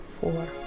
four